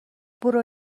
برو